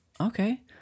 Okay